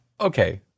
okay